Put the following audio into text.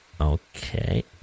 Okay